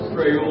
Pray